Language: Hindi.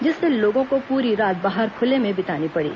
जिससे लोगों को पूरी रात बाहर खुले में बितानी पड़ी